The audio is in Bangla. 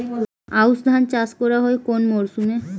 আউশ ধান চাষ করা হয় কোন মরশুমে?